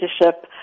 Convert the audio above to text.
leadership